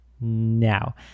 now